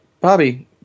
Bobby